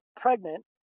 pregnant